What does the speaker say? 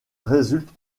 résulte